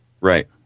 Right